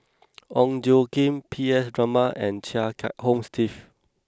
Ong Tjoe Kim P S Raman and Chia Kiah Hong Steve